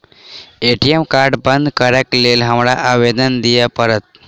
ATM card बंद करैक लेल हमरा आवेदन दिय पड़त?